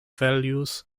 values